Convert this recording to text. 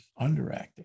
underacting